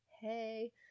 Hey